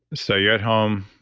so you're at home,